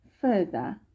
further